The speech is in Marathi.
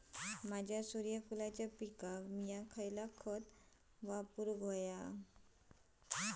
माझ्या सूर्यफुलाच्या पिकाक मी खयला खत वापरू?